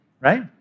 Right